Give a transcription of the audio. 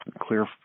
clear